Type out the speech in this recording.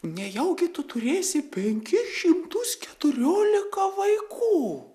nejaugi tu turėsi penkis šimtus keturiolika vaikų